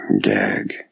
gag